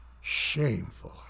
Shameful